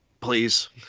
please